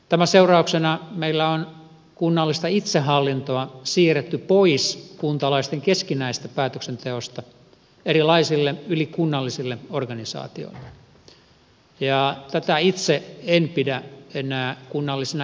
tämän seurauksena meillä on kunnallista itsehallintoa siirretty pois kuntalaisten keskinäisestä päätöksenteosta erilaisille ylikunnallisille organisaatioille ja tätä itse en pidä enää kunnallisena itsehallintona